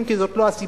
אם כי זאת לא הסיבה.